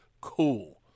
cool